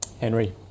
henry